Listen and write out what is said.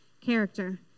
character